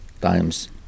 times